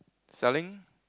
selling